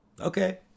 Okay